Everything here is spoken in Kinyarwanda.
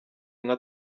nka